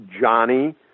Johnny